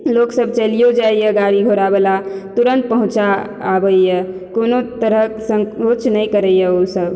लोक सभ चलियो जाइया गाड़ी घोड़ा बला तुरन्त पहुँचा आबैया कोनो तरहक संकोच नहि करैया ओ सब